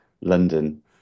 London